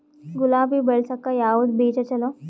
ಗುಲಾಬಿ ಬೆಳಸಕ್ಕ ಯಾವದ ಬೀಜಾ ಚಲೋ?